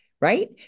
Right